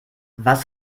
was